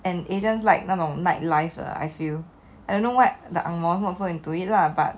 and agents like 那种 night life lah I feel I don't know what the ang moh why so into it lah but